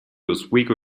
oswego